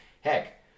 heck